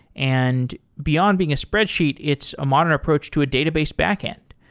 and beyond being a spreadsheet, it's a modern approach to a database backend.